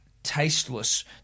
tasteless